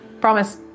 Promise